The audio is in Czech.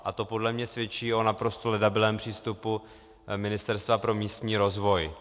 A to podle mě svědčí o naprosto ledabylém přístupu Ministerstva pro místní rozvoj.